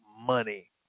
money